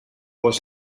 was